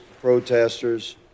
protesters